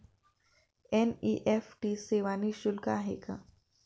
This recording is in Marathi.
एन.इ.एफ.टी सेवा निःशुल्क आहे का?